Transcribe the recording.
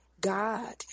God